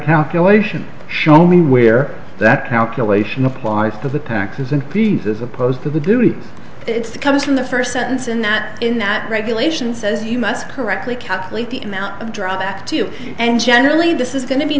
calculation show me where that calculation applies to the taxes and pieces opposed to the doing it's comes from the first sentence in that in that regulation says you must correctly calculate the amount of drug that to you and generally this is going to be